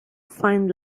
find